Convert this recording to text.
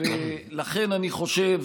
ולכן אני חושב